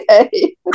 Okay